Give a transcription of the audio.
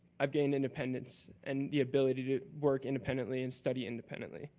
i've gained independence and the ability to work independently and study independently,